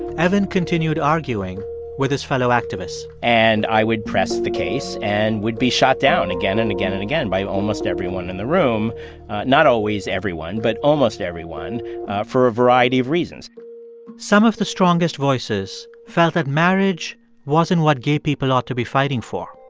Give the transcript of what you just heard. evan continued arguing with his fellow activists and i would press the case and would be shot down again, and again, and again by almost everyone in the room not always everyone, but almost everyone for a variety of reasons some of the strongest voices felt that marriage wasn't what gay people ought to be fighting for,